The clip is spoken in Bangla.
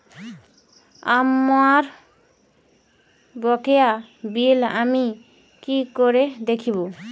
আমার বকেয়া বিল আমি কি করে দেখব?